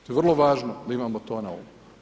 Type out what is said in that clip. To je vrlo važno da imamo to na umu.